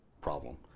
problem